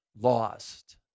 lost